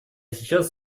сейчас